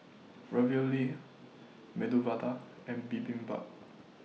Ravioli Medu Vada and Bibimbap